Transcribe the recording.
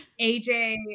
AJ